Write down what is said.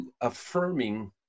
affirming